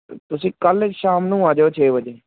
ਤ ਤੁਸੀਂ ਕੱਲ੍ਹ ਸ਼ਾਮ ਨੂੰ ਆ ਜਿਓ ਛੇ ਵਜੇ